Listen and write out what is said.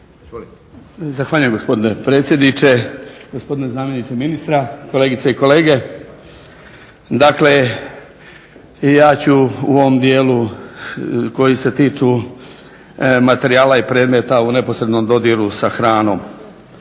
Zahvaljujem gospodine predsjedniče. Gospodine zamjeniče ministra, kolegice i kolege. Dakle ja ću u ovom dijelu koji se tiču materijala i predmeta u neposrednom dodiru sa hranom,